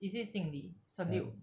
is it 敬礼 salute